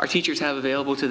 our teachers have available to